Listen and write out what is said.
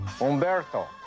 Umberto